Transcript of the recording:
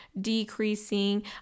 decreasing